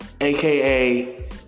aka